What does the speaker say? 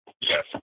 yes